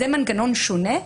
זה מנגנון שונה,